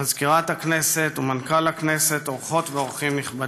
מזכירת הכנסת, מנכ"ל הכנסת, אורחות ואורחים נכבדים.